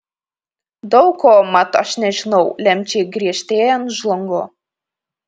daug ko mat aš nežinau lemčiai griežtėjant žlungu